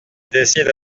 décide